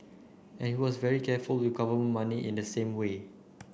and he was very careful with government money in the same way